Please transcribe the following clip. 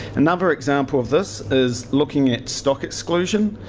another example of this is looking at stock exclusion.